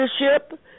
leadership